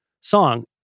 song